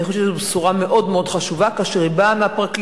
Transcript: אני חושבת שזו בשורה מאוד מאוד חשובה כאשר היא באה מהפרקליטות,